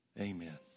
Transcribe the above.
Amen